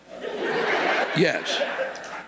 Yes